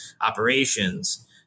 operations